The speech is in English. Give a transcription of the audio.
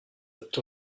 looked